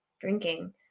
drinking